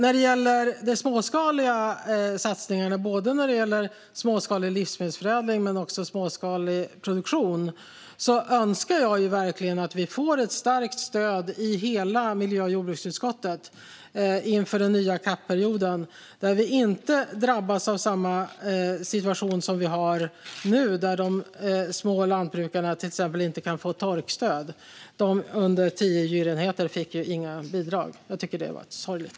I fråga om småskaliga satsningar, både småskalig livsmedelsförädling och småskalig livsmedelsproduktion, önskar jag verkligen att vi får ett starkt stöd i hela miljö och jordbruksutskottet inför den nya CAP-perioden och att vi inte drabbas av samma situation som vi har nu. Det har till exempel inneburit att de småskaliga lantbrukarna inte har kunnat få torkstöd. De som ligger under tio djurenheter fick inga bidrag. Det var sorgligt.